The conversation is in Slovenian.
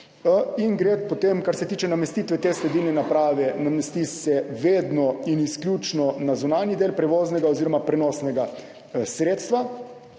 sledenja. Kar se tiče namestitve te sledilne naprave, namesti se vedno in izključno na zunanji del prevoznega oziroma prenosnega sredstva,